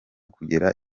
kugera